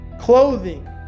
clothing